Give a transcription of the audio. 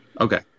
Okay